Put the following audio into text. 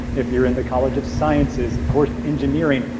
if you're in the college of sciences, of course, engineering,